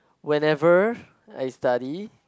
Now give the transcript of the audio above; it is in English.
whenever I study